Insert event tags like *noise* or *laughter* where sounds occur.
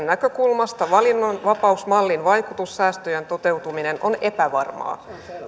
*unintelligible* näkökulmasta valinnanvapausmallin vaikutus säästöjen toteutumiseen on epävarmaa